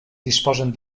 disposen